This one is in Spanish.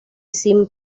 sin